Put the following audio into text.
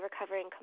recovering